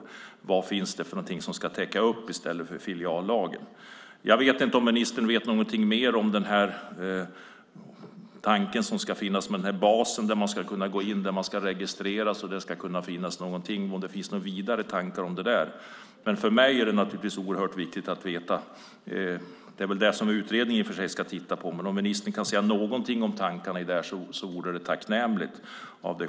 Vad ska ta över efter filiallagen? Vet ministern något mer om databasen och tankarna kring den? Jag vet att utredningen ska titta på det, men det vore tacknämligt om ministern kunde säga något om detta.